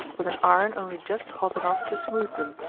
with an iron only just hot enough to smooth them.